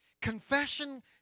Confession